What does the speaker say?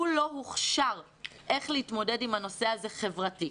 והוא לא הוכשר איך להתמודד עם הנושא הזה חברתית.